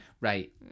Right